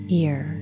ear